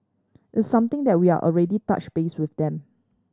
it's something that we are already touched base with them